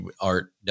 Art